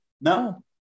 no